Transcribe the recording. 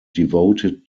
devoted